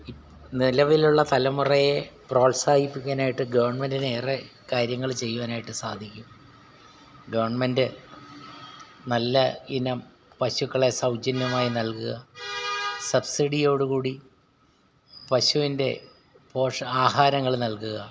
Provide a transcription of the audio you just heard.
നിലവിലുള്ള തലമുറയെ പ്രോത്സാഹിപ്പിക്കാനായിട്ട് ഗവൺമെന്റിനേറെ കാര്യങ്ങൾ ചെയ്യുവാനായിട്ട് സാധിക്കും ഗവൺമെന്റ് നല്ല ഇനം പശുക്കളെ സൗജന്യമായി നൽകുക സബ്സിഡിയോടുകൂടി പശുവിൻ്റെ പോഷക ആഹാരങ്ങൾ നൽകുക